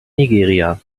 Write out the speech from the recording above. nigeria